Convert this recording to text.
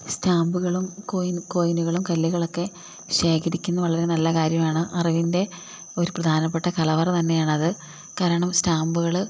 സ്റ്റാമ്പുകളും കോയിനുകളും കല്ലുകളൊക്കെ ശേഖരിക്കുന്നത് വളരെ നല്ല കാര്യമാണ് അറിവിൻ്റെ ഒരു പ്രധാനപ്പെട്ട കലവറ തന്നെയാണ് അത് കാരണം സ്റ്റാമ്പുകൾ